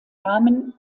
namen